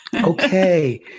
Okay